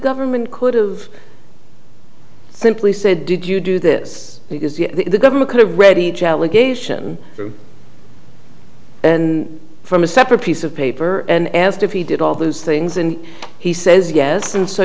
government could've simply said did you do this because the government kind of read each allegation through and from a separate piece of paper and asked if he did all those things and he says yes and so